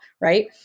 Right